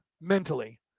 mentally